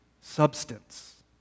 substance